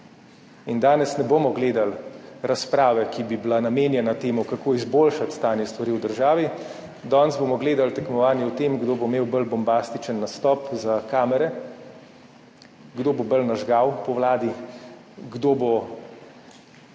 In danes ne bomo gledali razprave, ki bi bila namenjena temu, kako izboljšati stanje stvari v državi, danes bomo gledali tekmovanje v tem, kdo bo imel bolj bombastičen nastop za kamere, kdo bo bolj nažgal po vladi, kdo bo